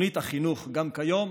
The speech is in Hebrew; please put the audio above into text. לתוכנית חינוכית גם כיום?